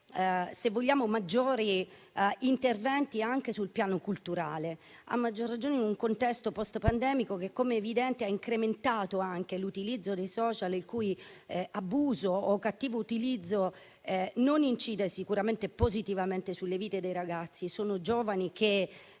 se vogliamo maggiori interventi sul piano culturale, a maggior ragione in un contesto *post* pandemico che - com'è evidente - ha incrementato l'utilizzo dei *social*, il cui abuso o cattivo utilizzo non incide positivamente sulle vite dei ragazzi. Sono giovani il